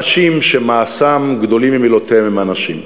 אנשים שמעשיהם גדולים ממילותיהם הם אנשים,